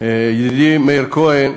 ידידי מאיר כהן,